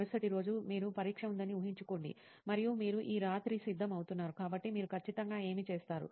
మరుసటి రోజు మీకు పరీక్ష ఉందని ఊహించుకోండి మరియు మీరు ఈ రాత్రి సిద్ధం అవుతున్నారు కాబట్టి మీరు ఖచ్చితంగా ఏమి చేస్తారు